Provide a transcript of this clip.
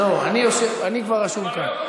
לא, אני כבר רשום כאן.